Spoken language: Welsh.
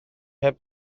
heb